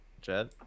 Jed